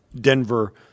Denver